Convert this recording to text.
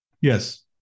Yes